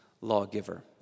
lawgiver